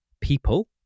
people